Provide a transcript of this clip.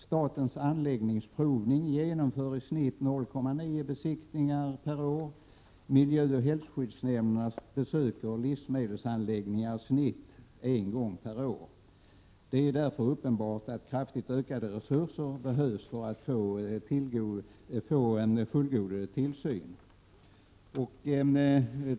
Statens anläggningsprovning genomför i snitt 0,9 besiktningar per år. Miljöoch hälsoskyddsnämnderna besöker livsmedelsanläggningar i snitt 1,0 gång per år. Det är därför uppenbart att kraftigt ökade resurser behövs för att få fullgod tillsyn.